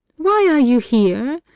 why are you here?